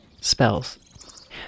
spells